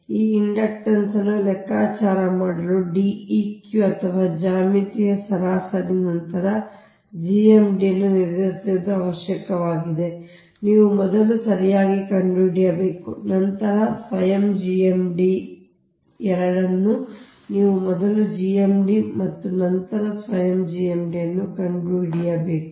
ಈಗ ಇಂಡಕ್ಟನ್ಸ್ ಅನ್ನು ಲೆಕ್ಕಾಚಾರ ಮಾಡಲು D eq ಅಥವಾ ಜ್ಯಾಮಿತೀಯ ಸರಾಸರಿ ಅಂತರ GMD ಅನ್ನು ನಿರ್ಧರಿಸುವುದು ಅವಶ್ಯಕವಾಗಿದೆ ನೀವು ಮೊದಲು ಸರಿಯಾಗಿ ಕಂಡುಹಿಡಿಯಬೇಕು ಮತ್ತು ನಂತರ ಸ್ವಯಂ GMD ಎರಡನ್ನೂ ನೀವು ಮೊದಲು GMD ಮತ್ತು ನಂತರ ಸ್ವಯಂ GMD ಅನ್ನು ಕಂಡುಹಿಡಿಯಬೇಕು